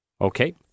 Okay